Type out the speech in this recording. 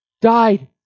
died